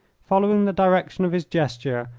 following the direction of his gesture,